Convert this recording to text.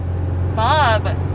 Bob